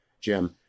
Jim